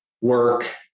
work